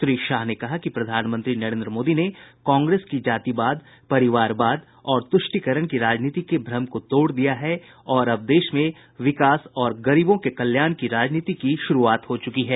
श्री शाह ने कहा कि प्रधानमंत्री नरेंद्र मोदी ने कांग्रेस की जातिवाद परिवारवाद और तुष्टिकरण की राजनीति के भ्रम को तोड़ दिया है और अब देश में विकास और गरीबों के कल्याण की राजनीति की शुरुआत हो चुकी है